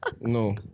no